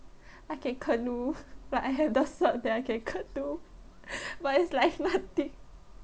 I can canoe like I have the cert that I can canoe but it's like nothing